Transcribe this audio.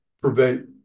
prevent